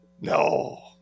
No